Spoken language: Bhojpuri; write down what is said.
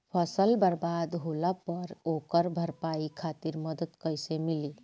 फसल बर्बाद होला पर ओकर भरपाई खातिर मदद कइसे मिली?